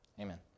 amen